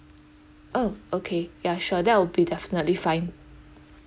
oh okay ya sure that will be definitely fine